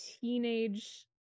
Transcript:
teenage